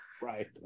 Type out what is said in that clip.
Right